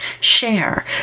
share